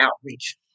Outreach